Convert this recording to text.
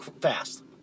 fast